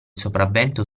sopravvento